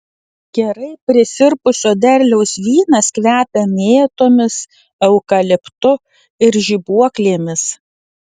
gerai prisirpusio derliaus vynas kvepia mėtomis eukaliptu ir žibuoklėmis